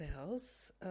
else